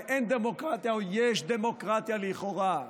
אין דמוקרטיה או שיש בהן דמוקרטיה לכאורה.